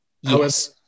yes